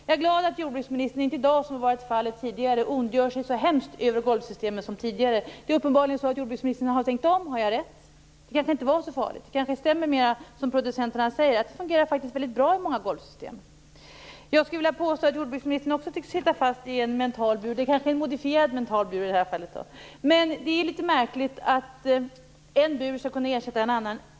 Jag är glad att jordbruksministern i dag inte ondgör sig lika mycket över golvsystemen som tidigare varit fallet. Uppenbarligen har jordbruksministern tänkt om. Har jag rätt? Det var kanske inte så farligt. Det kanske är som producenterna säger, nämligen att många golvsystem fungerar väldigt bra. Jag skulle vilja påstå att jordbruksministern också tycks sitta fast i en mental bur - kanske en modifierad mental bur. Det är dock litet märkligt att en bur skall kunna ersätta en annan.